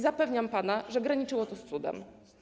Zapewniam pana, że graniczyło to z cudem.